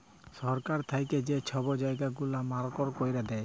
সরকার থ্যাইকে যা ছব জায়গা গুলা মার্ক ক্যইরে দেয়